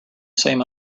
same